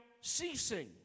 ceasing